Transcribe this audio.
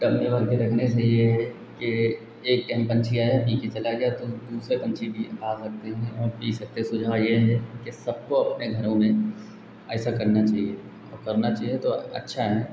tub में भरकर रखने से यह है कि एक टाइम पक्षी आया पीकर चला गया तो दूसरे पक्षी भी आ सकते हैं और पी सकते सुझाव यह है कि सबको अपने घरों में ऐसा करना चाहिए और करना चाहिए तो अच्छा है न